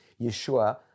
Yeshua